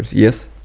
yes.